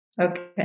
Okay